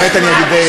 אל תפריעי לי.